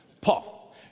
Paul